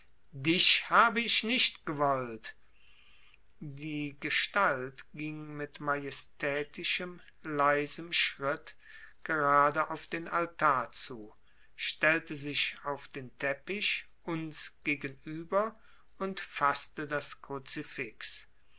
dich habe ich nicht gewollt die gestalt ging mit majestätischem leisem schritt gerade auf den altar zu stellte sich auf den teppich uns gegenüber und faßte das kruzifix